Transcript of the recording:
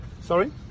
Sorry